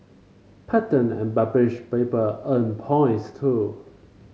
patent and published paper earn points too